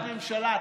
זו החלטת ממשלה,